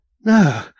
No